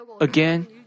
again